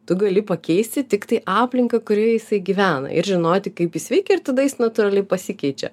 tu gali pakeisti tiktai aplinką kurioje jisai gyvena ir žinoti kaip jis veikia ir tada jis natūraliai pasikeičia